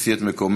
תפסי את מקומך,